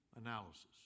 analysis